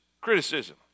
criticism